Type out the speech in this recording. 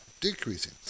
decreasing